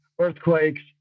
earthquakes